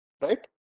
right